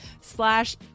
slash